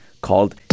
called